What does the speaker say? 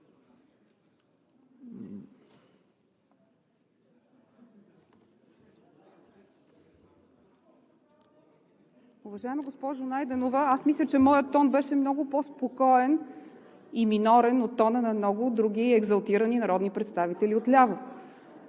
Уважаема госпожо Найденова, аз мисля, че моят тон беше много по-спокоен и минорен от тона на много други екзалтирани народни представители отляво.